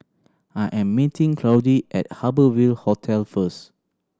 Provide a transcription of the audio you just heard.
I am meeting Claudie at Harbour Ville Hotel first